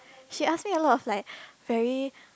she ask me a lot of like very